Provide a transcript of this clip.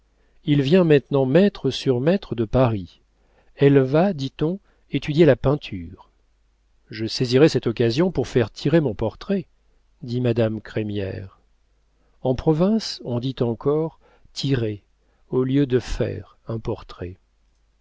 il vient maintenant maître sur maître de paris elle va dit-on étudier la peinture je saisirai cette occasion pour faire tirer mon portrait dit madame crémière en province on dit encore tirer au lieu de faire un portrait